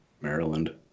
Maryland